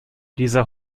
dieser